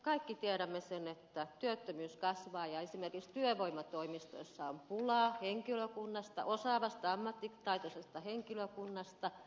kaikki tiedämme sen että työttömyys kasvaa ja esimerkiksi työvoimatoimistoissa on pulaa henkilökunnasta osaavasta ammattitaitoisesta henkilökunnasta